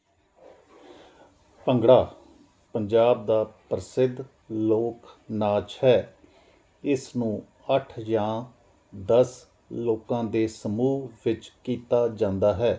ਭੰਗੜਾ ਪੰਜਾਬ ਦਾ ਪ੍ਰਸਿੱਧ ਲੋਕ ਨਾਚ ਹੈ ਇਸ ਨੂੰ ਅੱਠ ਜਾਂ ਦਸ ਲੋਕਾਂ ਦੇ ਸਮੂਹ ਵਿੱਚ ਕੀਤਾ ਜਾਂਦਾ ਹੈ